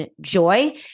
Joy